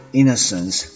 innocence